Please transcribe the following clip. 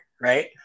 right